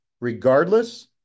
Regardless